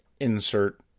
Insert